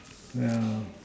yeah